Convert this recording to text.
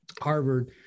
Harvard